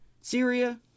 Syria